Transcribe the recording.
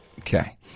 Okay